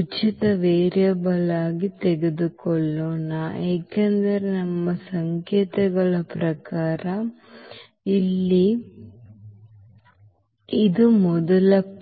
ಉಚಿತ ವೇರಿಯೇಬಲ್ ಆಗಿ ತೆಗೆದುಕೊಳ್ಳೋಣ ಏಕೆಂದರೆ ನಮ್ಮ ಸಂಕೇತಗಳ ಪ್ರಕಾರ ಇಲ್ಲಿ ಇದು ಇಲ್ಲಿ ಮೊದಲ p